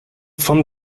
von